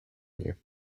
you